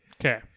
Okay